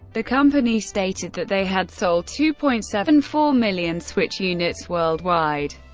the company stated that they had sold two point seven four million switch units worldwide.